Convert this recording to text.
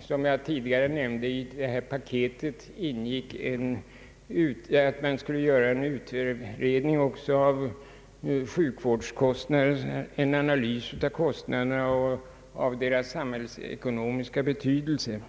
Som jag tidigare nämnde ingick i det här paketet att man skulle göra en utredning och analys om sjukvårdskostnadernas fördelning och samhällsekonomiska betydelse.